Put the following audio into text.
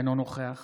אינו נוכח